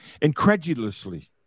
incredulously